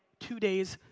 two days,